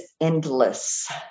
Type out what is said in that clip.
endless